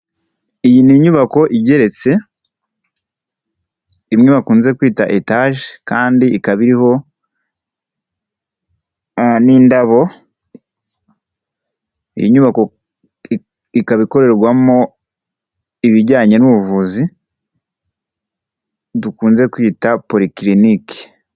Iyi ni inyubako igeretse imwe bakunze kwita etage kandi ikaba iriho n'indabo. Iyi nyubako ikaba ikorerwamo ibijyanye n'ubuvuzi dukunze kwita polyclinic.